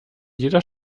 jeder